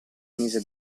mise